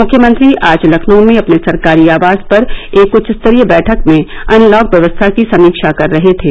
मुख्यमंत्री आज लखनऊ में अपने सरकारी आवास पर एक उच्चस्तरीय बैठक में अनलॉक व्यवस्था की समीक्षा कर रहे थे